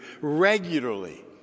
regularly